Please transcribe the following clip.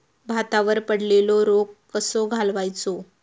भातावर पडलेलो रोग कसो घालवायचो?